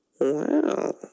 wow